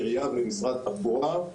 העירייה ומשרד התחבורה,